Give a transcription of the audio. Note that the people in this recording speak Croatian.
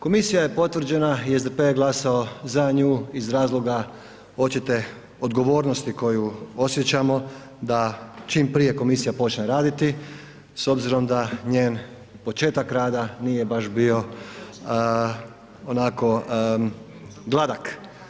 Komisija je potvrđena i SDP je glasao za nju iz razloga očite odgovornosti koju osjećamo da čim prije komisija počne raditi s obzirom da njen početak rada nije baš bio onako gladak.